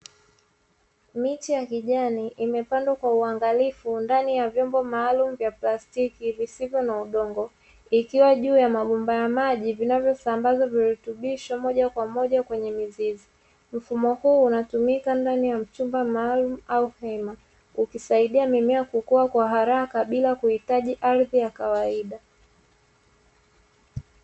Miche ya kijani imepandwa kwa uangalifu ndani ya vyombo maalumu vya plastiki visivyo na udongo, vikiwa juu ya mabomba ya maji vinavyo sambaza virutubisho moja kwa moja kwenye mizizi. Mfumo huu unatumika ndani ya chumba maalumu au hema, ukisaidia mimea kukua kwa haraka bila kuhitaji ardhi ya kawaida.